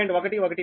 11 p